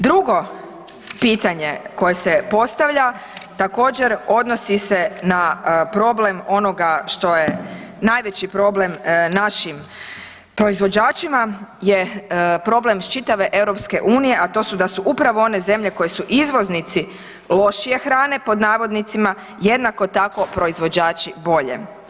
Drugo pitanje koje se postavlja, također odnosi se na problem onoga što je najveći problem našim proizvođačima je problem iz čitave EU-a a to su upravo one zemlje koje su izvoznici „lošije hrane“, jednako tako proizvođači bolje.